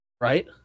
Right